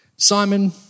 Simon